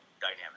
dynamic